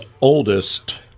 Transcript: oldest